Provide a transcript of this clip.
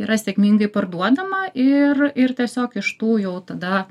yra sėkmingai parduodama ir ir tiesiog iš tų jau tada